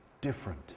different